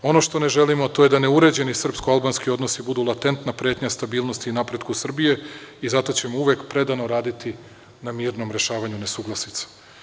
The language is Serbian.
Ono što ne želimo, to je da neuređeni srpsko-albanski odnosi budu latentna pretnja stabilnosti i napretku Srbije i zato ćemo uvek predano raditi na mirnom rešavanju nesuglasica.